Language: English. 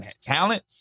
talent